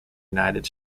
united